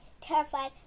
terrified